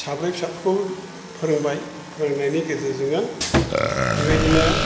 साब्रै फिसाफोरखौ फोरोंबाय फोरोंनायनि गेजेरजोंनो बिबायदिनो